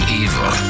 evil